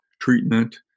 treatment